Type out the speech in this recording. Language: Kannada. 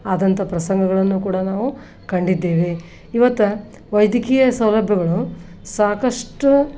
ಆದಂಥ ಪ್ರಸಂಗಗಳನ್ನು ಕೂಡ ನಾವು ಕಂಡಿದ್ದೇವೆ ಇವತ್ತು ವೈದ್ಯಕೀಯ ಸೌಲಭ್ಯಗಳು ಸಾಕಷ್ಟು